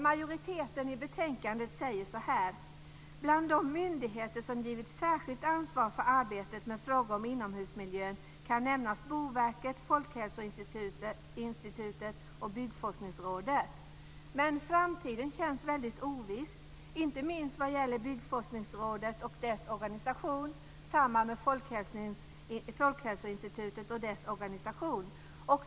Majoriteten skriver så här i betänkandet: Bland de myndigheter som givits särskilt ansvar för arbetet med frågor om inomhusmiljön kan nämnas Boverket, Folkhälsoinstitutet och Byggforskningsrådet. Men framtiden känns väldigt oviss, inte minst vad gäller Byggforskningsrådet och dess organisation. Samma sak gäller för Folkhälsoinstitutet och dess organisation.